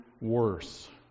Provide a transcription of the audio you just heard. worse